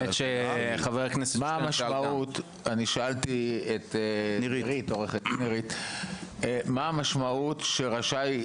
אני שאלתי את עורכת דין נירית מה המשמעות שרשאי,